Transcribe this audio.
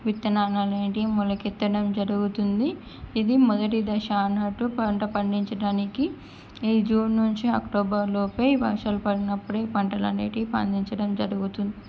విత్తనాలు అనేటివి మొలకెత్తడం జరుగుతుంది ఇది మొదటి దశ అన్నట్టు పంట పండించడానికి ఈ జూన్ నుంచి అక్టోబర్లోపే వర్షాలు పడినప్పుడే పంటలు అనేటివి పండించడం జరుగుతుంది